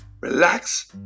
relax